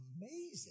amazing